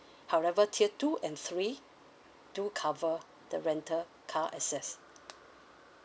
however tier two and three do cover the rental car access